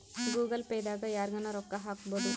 Google Pay ದಾಗ ಯರ್ಗನ ರೊಕ್ಕ ಹಕ್ಬೊದು